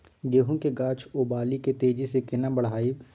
गेहूं के गाछ ओ बाली के तेजी से केना बढ़ाइब?